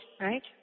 right